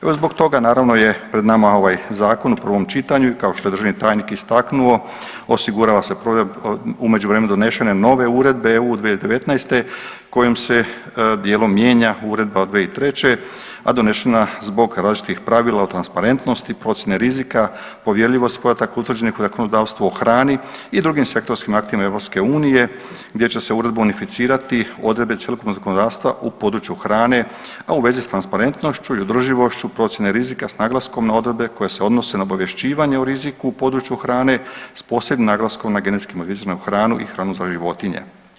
Evo zbog toga naravno je pred nama ovaj zakon u prvom čitanju i kao što je državni tajnik istaknuo osigurava se u međuvremenu donešene nove uredbe EU 2019. kojom se dijelom mijenja uredba od 2003., a donešena zbog različitih pravila u transparentnosti, procjene rizika, povjerljivost podataka utvrđenih u zakonodavstvu, o hrani i drugim sektorskim aktima EU gdje će se uredbom unificirati odredbe cjelokupnog zakonodavstva u području hrane, a vezi s transparentnošću i održivošću procjene rizika s naglaskom na odredbe koje se odnose na obavješćivanje o riziku u području hrane s posebnim naglaskom na genetski modificiranu hranu i hranu za životinje.